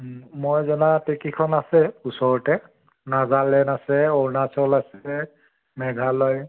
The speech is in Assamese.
মই জনাত এইকেইখন আছে ওচৰতে নাগালেণ্ড আছে অৰুণাচল আছে মেঘালয়